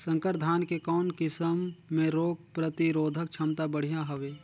संकर धान के कौन किसम मे रोग प्रतिरोधक क्षमता बढ़िया हवे?